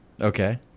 Okay